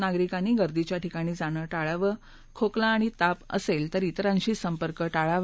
नागरिकांनी गर्दीच्या ठिकाणी जाणं टाळावं खोकला आणि ताप असेल तर विरांशी संपर्क टाळावा